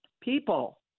People